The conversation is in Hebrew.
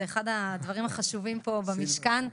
זה אחד הדברים החשובים פה במשכן,